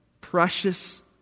precious